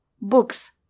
books